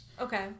okay